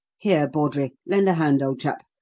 here, bawdrey, lend a hand, old chap.